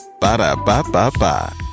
Ba-da-ba-ba-ba